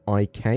IK